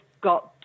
got